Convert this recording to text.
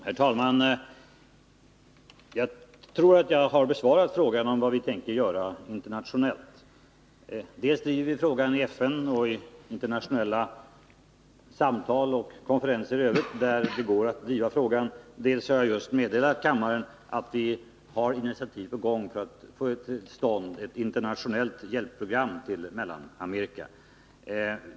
Herr talman! Jag tror att jag har besvarat frågan om vad vi tänker göra internationellt. Dels driver vi frågan i FN och vid internationella samtal och konferenser i övrigt där det går att göra det, dels har jag just meddelat kammaren att vi har initiativ i gång för att få till stånd ett internationellt hjälpprogram för Mellanamerika.